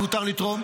-- שמותר לתרום.